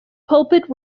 pulpit